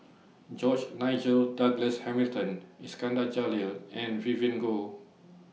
George Nigel Douglas Hamilton Iskandar Jalil and Vivien Goh